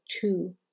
two